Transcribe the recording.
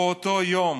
באותו יום